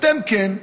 אתם כן.